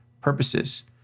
purposes